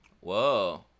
Whoa